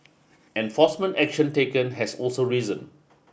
enforcement action taken has also risen